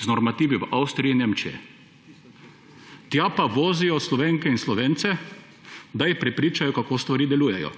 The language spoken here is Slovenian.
z normativi v Avstriji in Nemčiji.«, tja pa vozijo Slovenke in Slovence, da jih prepričajo, kako stvari delujejo,